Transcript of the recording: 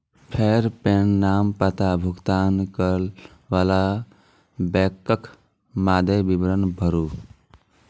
फेर पेन, नाम, पता, भुगतान करै बला बैंकक मादे विवरण भरू